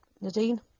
Nadine